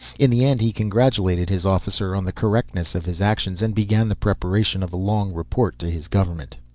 in the end he congratulated his officer on the correctness of his actions and began the preparation of a long report to his government.